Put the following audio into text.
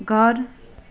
घर